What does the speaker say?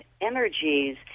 energies